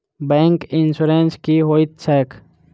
Bank insurance की होइत छैक?